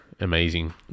amazing